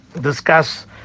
discuss